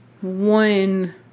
one